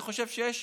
אני חושב שיש